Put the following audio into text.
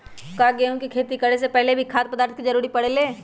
का गेहूं के खेती करे से पहले भी खाद्य पदार्थ के जरूरी परे ले?